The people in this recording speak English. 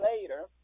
later